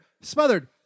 Smothered